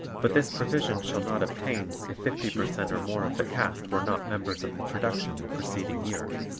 but this provision shall not obtain if fifty per cent or more of the cast were not members of the production the preceding year.